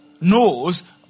knows